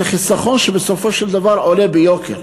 זה חיסכון שבסופו של דבר עולה ביוקר.